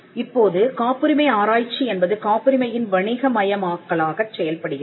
இப்போது காப்புரிமை ஆராய்ச்சி என்பது காப்புரிமையின் வணிகமயமாக்கலாகச் செயல்படுகிறது